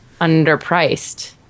underpriced